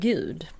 Gud